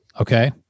Okay